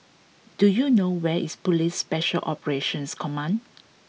do you know where is Police Special Operations Command